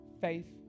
faith